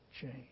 change